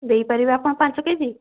ଦେଇପାରିବେ ଆପଣ ପାଞ୍ଚ କେ ଜି